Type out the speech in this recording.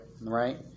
right